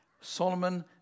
Solomon